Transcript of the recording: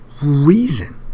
reason